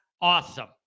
awesome